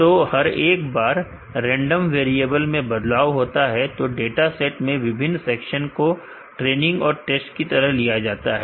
तो हर एक बार जब रेंडम वेरिएबल में बदलाव होता है तो डाटा सेट के विभिन्न सेक्शन को ट्रेनिंग और टेस्ट की तरह लिया जाता है